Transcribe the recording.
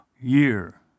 year